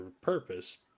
purpose